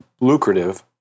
lucrative